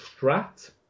Strat